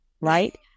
right